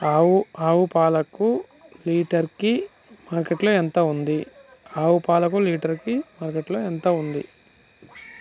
ఆవు పాలకు లీటర్ కి మార్కెట్ లో ఎంత ఉంది?